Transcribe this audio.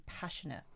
passionate